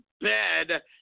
bed